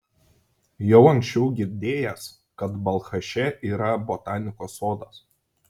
jau anksčiau girdėjęs kad balchaše yra botanikos sodas